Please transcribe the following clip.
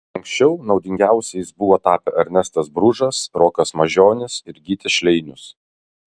anksčiau naudingiausiais buvo tapę ernestas bružas rokas mažionis ir gytis šleinius